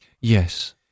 Yes